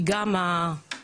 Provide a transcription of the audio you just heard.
כי גם האגודה,